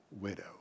widow